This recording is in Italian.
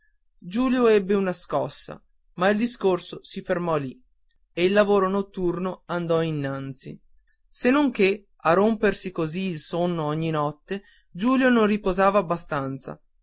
giulio ebbe una scossa ma il discorso si fermò lì e il lavoro notturno andò innanzi senonché a rompersi così il sonno ogni notte giulio non riposava abbastanza